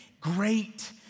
great